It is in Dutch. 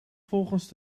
volgens